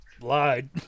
lied